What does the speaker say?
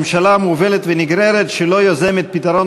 ממשלה מובלת ונגררת שלא יוזמת פתרון